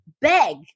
beg